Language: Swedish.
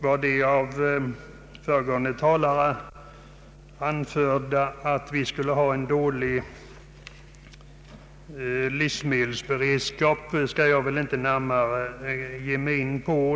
Vad föregående talare anförde om att vi skulle ha en dålig livsmedelsberedskap vill jag inte närmare ge mig in på.